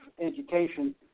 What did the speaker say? education